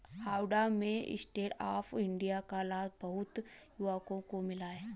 हावड़ा में stand up India का लाभ बहुत युवाओं को मिला